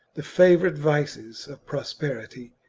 the favourite vices of prosperity,